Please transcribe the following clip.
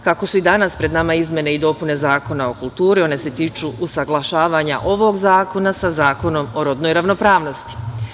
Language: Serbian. Kako su i danas pred nama izmene i dopune Zakona o kulturi, one se tiču usaglašavanja ovog zakona sa Zakonom o rodnoj ravnopravnosti.